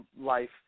life